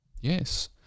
Yes